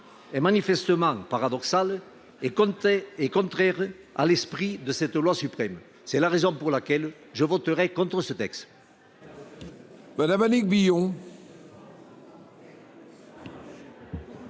est manifestement paradoxale et contraire à l’esprit de notre loi suprême. C’est la raison pour laquelle je ne voterai pas ce projet